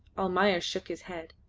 almayer shook his head.